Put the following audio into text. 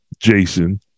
Jason